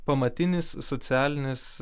pamatinis socialinis